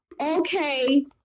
okay